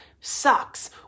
sucks